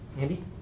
Andy